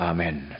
Amen